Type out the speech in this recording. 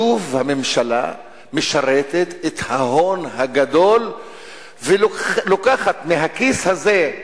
שוב הממשלה משרתת את ההון הגדול ולוקחת מהכיס הזה,